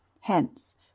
Hence